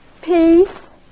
peace